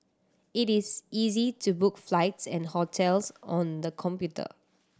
it is easy to book flights and hotels on the computer